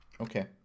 Okay